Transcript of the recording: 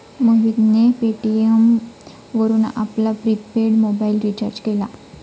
मोहितने पेटीएम वरून आपला प्रिपेड मोबाइल रिचार्ज केला